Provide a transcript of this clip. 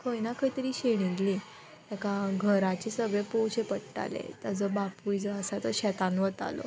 खंय ना खंय तरी शेणिल्लीं तेका घराचें सगळें पोवचें पडटालें ताजो बापूय जो आसा तो शेतान वतालो